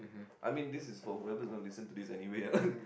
I mean this is for whoever's going to listen to this anyway ah